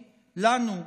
לנו,